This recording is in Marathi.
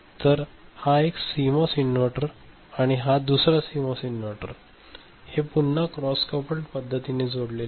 तर हा एक सीमॉस इन्व्हर्टर आणि हा दुसरा सीमॉस इन्व्हर्टर आहे आणि हे पुन्हा क्रॉस कपल्ड पद्धतीने जोडलेले आहेत